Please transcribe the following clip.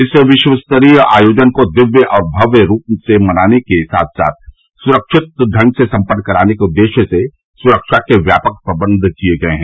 इस विश्वस्तरीय आयोजन को दिव्य और भव्य रूप से मनाने के साथ साथ सुरक्षित ढंग से सम्पन्न कराने के उद्देश्य से सुरक्षा के व्यापक प्रबंध किये गये हैं